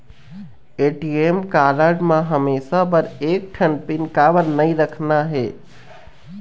ATM card म हमेशा बर एक ठन पिन काबर नई रखना हे?